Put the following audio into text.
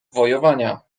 wojowania